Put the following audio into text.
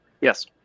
Yes